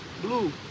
Blue